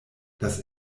das